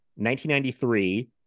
1993